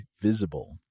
Visible